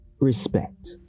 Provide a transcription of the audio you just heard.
respect